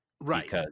Right